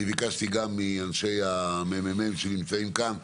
ביקשתי גם מאנשי הממ"מ שנמצאים כאן,